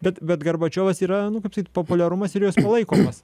bet bet gorbačiovas yra nu kaip sakyti populiarumas ir jo jis palaikomas